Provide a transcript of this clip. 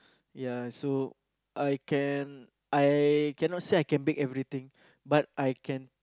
ya so I can I cannot say I can bake everything but I can